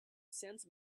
sense